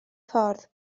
ffordd